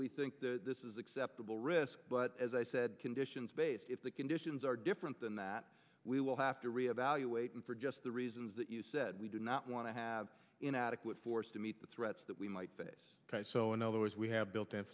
we think that this is acceptable risk but as i said conditions based if the conditions are different than that we will have to re evaluate and for just the reasons that you said we do not want to have inadequate force to meet the threats that we might face so in other words we have built